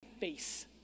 face